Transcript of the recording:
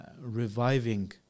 reviving